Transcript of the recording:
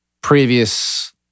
previous